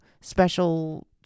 special